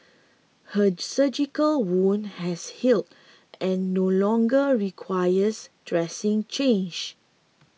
her surgical wound has healed and no longer requires dressing change